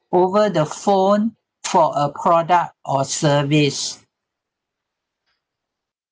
over the phone for a product or service